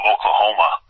Oklahoma